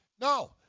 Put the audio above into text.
No